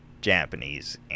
Japanese